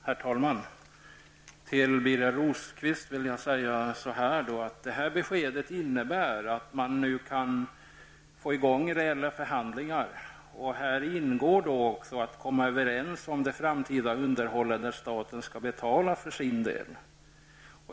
Herr talman! Till Birger Rosqvist vill jag säga att det besked han gav innebär att man nu kan få i gång reella förhandlingar. Häri ingår då också att komma överens om det framtida underhållet, där staten skall betala för sin del.